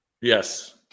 Yes